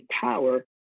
power